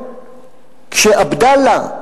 כשעבדאללה,